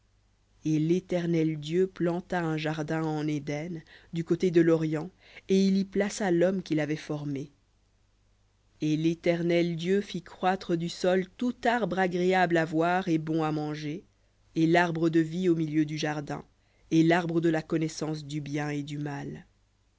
et l'éternel dieu planta un jardin en éden du côté de l'orient et il y plaça l'homme qu'il avait formé et l'éternel dieu fit croître du sol tout arbre agréable à voir et bon à manger et l'arbre de vie au milieu du jardin et l'arbre de la connaissance du bien et du mal